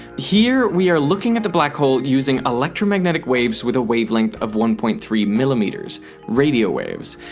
here we are looking at the black hole using electromagnetic waves with a wavelength of one point three millimeters radio waves.